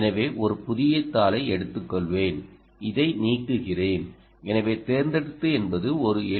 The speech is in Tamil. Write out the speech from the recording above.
எனவே ஒரு புதிய தாளை எடுத்துக்கொள்வேன் இதை நீக்குகிறேன் எனவே தேர்ந்தெடுப்பது என்பது ஒரு எல்